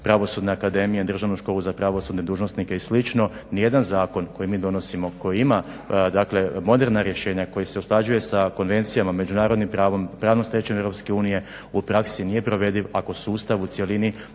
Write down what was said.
pravosudne akademije, Državnu školu za pravosudne dužnosnike i slično, nijedan zakon koji mi donosimo koji ima dakle moderna rješenja, koji se usklađuje sa konvencijama, međunarodnim pravom, pravnom stečevinom EU u praksi nije provediv ako sustav u cjelini